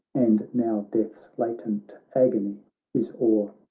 and now death's latent agony is o'er,